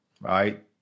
right